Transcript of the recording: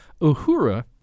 Uhura